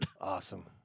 Awesome